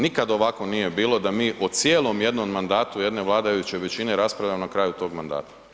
Nikada ovako nije bilo da mi u cijelom mandatu jedne vladajuće većine raspravljamo na kraju toga mandata.